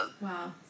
Wow